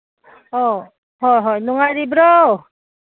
ꯑꯣ ꯍꯣꯏ ꯍꯣꯏ ꯅꯨꯡꯉꯥꯏꯔꯤꯕ꯭ꯔꯣ